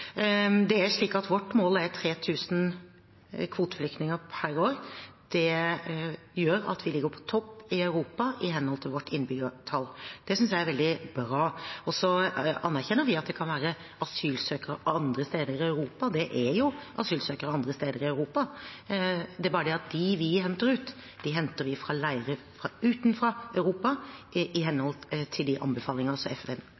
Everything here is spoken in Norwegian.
Vårt mål er 3 000 kvoteflyktninger per år. Det gjør at vi ligger på topp i Europa i henhold til vårt innbyggertall. Det synes jeg er veldig bra. Vi anerkjenner at det kan være asylsøkere andre steder i Europa. Det er jo asylsøkere andre steder i Europa. Det er bare det at dem vi henter ut, henter vi fra leirer utenfor Europa, i henhold til de anbefalinger som